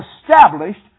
established